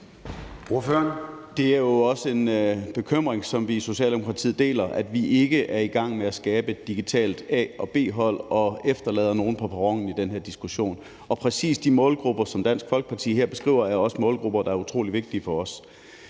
Det er jo også en bekymring, som vi i Socialdemokratiet deler – altså at vi ikke er i gang med at skabe et digitalt A- og B-hold og efterlader nogen på perronen på det her område. Præcis de målgrupper, som Dansk Folkeparti her beskriver, er også målgrupper, som er utrolig vigtige for os.